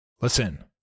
Listen